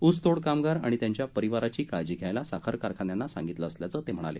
ऊसतोड कामगार आणि त्यांच्या परिवाराची काळजी घ्यायला साखर कारखान्यांना सांगितलं असल्याचं ते म्हणाले